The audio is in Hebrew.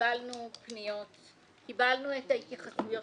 קיבלנו פניות, קיבלנו את ההתייחסויות